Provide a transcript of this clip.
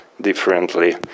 differently